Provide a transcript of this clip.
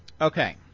Okay